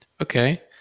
Okay